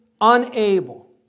unable